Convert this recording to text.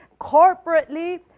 corporately